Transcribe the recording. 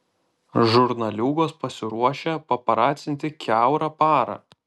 žurnaliūgos pasiruošę paparacinti kiaurą parą